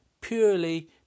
purely